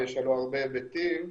יש לו הרבה היבטים,